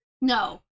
No